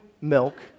milk